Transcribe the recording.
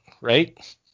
right